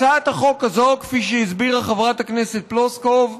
הצעת החוק הזאת, כפי שהסבירה חברת הכנסת פלוסקוב,